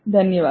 धन्यवाद